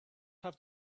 have